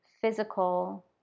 physical